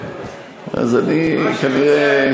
אני כנראה,